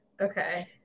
Okay